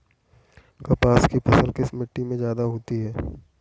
कपास की फसल किस मिट्टी में ज्यादा होता है?